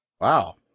wow